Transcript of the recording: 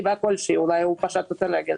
אולי הוא פשט את הרגל,